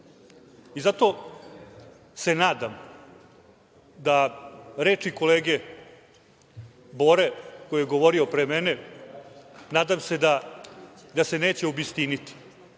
etiku. Zato se nadam da reči kolege Bore, koji je govorio pre mene, nadam se da se neće obistiniti